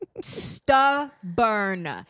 Stubborn